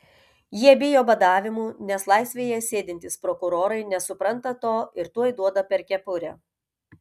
jie bijo badavimų nes laisvėje sėdintys prokurorai nesupranta to ir tuoj duoda per kepurę